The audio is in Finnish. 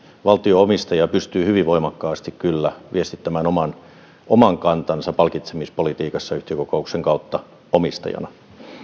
valtio omistaja pystyy hyvin voimakkaasti kyllä viestittämään oman oman kantansa palkitsemispolitiikassa yhtiökokouksen kautta omistajana